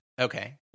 Okay